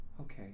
okay